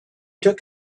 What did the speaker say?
took